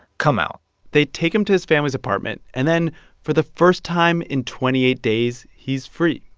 come out they take him to his family's apartment. and then for the first time in twenty eight days, he's free.